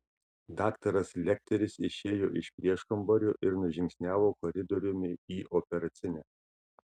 daktaras lekteris išėjo iš prieškambario ir nužingsniavo koridoriumi į operacinę